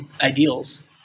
ideals